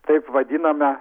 taip vadiname